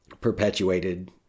perpetuated